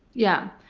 yeah,